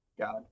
God